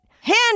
Hand